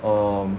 um